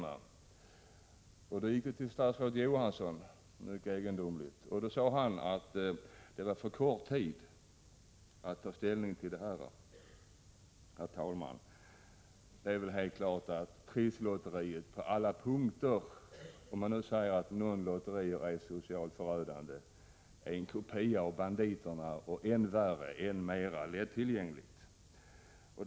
Då gick frågan egendomligt nog till statsrådet Johansson. Han svarade att det pågått för kort tid för att man skulle kunna ta ställning till det. Herr talman! Om något lotteri är socialt förödande är det väl helt klart att Trisslotteriet är det; det är en kopia av de enarmade banditerna och än mer lättillgängligt.